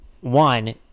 one